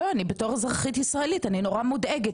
לא, אני בתור אזרחית ישראלית נורא מודאגת.